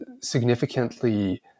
significantly